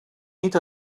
nit